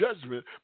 judgment